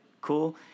cool